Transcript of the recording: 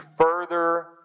further